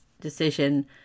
decision